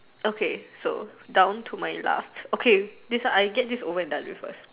okay so down to my last okay this one I get this over and done with first